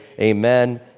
Amen